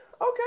okay